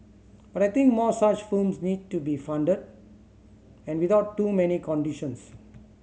but I think more such films need to be funded and without too many conditions